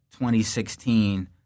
2016